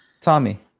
Tommy